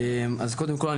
קודם כול,